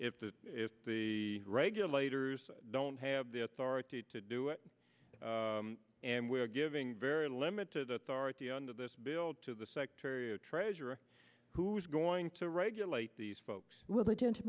if the if the regulators don't have the authority to do it and we are giving very limited authority under this bill to the secretary of treasury who is going to regulate these folks will the gen